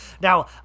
now